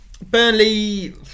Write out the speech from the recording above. Burnley